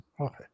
Okay